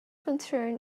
concern